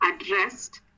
addressed